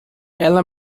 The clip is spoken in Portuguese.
ela